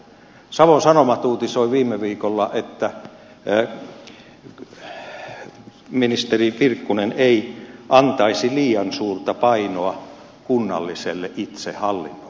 savon sanomat uutisoi viime viikolla että ministeri virkkunen ei antaisi liian suurta painoa kunnalliselle itsehallinnolle